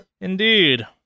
Indeed